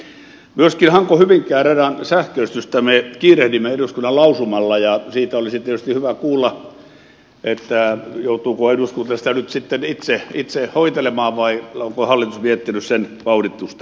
myöskin hankohyvinkää radan sähköistystä me kiirehdimme eduskunnan lausumalla ja siitä olisi tietysti hyvä kuulla joutuuko eduskunta sitä nyt sitten itse hoitelemaan vai onko hallitus miettinyt sen vauhditusta